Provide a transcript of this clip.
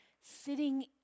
sitting